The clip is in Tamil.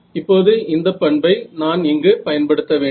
இப்போது இந்தப் பண்பை நான் இங்கு பயன்படுத்த வேண்டும்